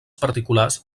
particulars